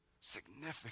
significant